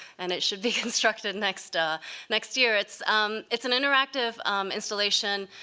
and it should be constructed next ah next year. it's um it's an interactive installation